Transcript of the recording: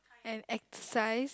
and exercise